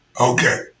Okay